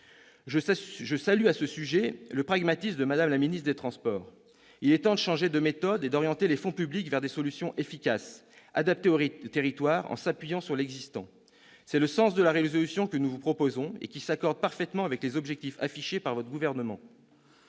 Je salue à ce sujet le pragmatisme de Mme la ministre chargée des transports. Il est temps de changer de méthode et d'orienter les fonds publics vers des solutions efficaces, adaptées aux territoires, en s'appuyant sur l'existant. Tel est le sens de la résolution que nous vous proposons et qui s'accorde parfaitement avec les objectifs affichés par le Gouvernement.